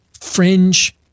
fringe